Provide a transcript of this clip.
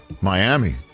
Miami